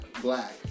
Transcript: Black